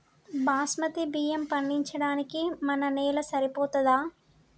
బాస్మతి బియ్యం పండించడానికి మన నేల సరిపోతదా?